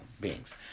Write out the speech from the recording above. beings